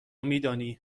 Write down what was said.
میدانی